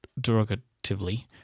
derogatively